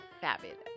Fabulous